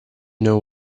know